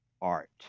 art